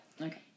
okay